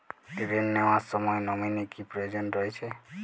ঋণ নেওয়ার সময় নমিনি কি প্রয়োজন রয়েছে?